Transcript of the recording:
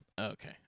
Okay